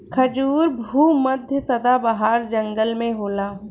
खजूर भू मध्य सदाबाहर जंगल में होला